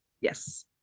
yes